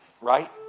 Right